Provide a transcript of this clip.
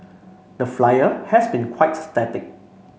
the flyer has been quite static